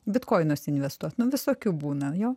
bitkoinus investuot nu visokių būna jo